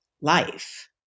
life